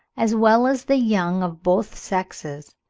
as well as the young of both sexes,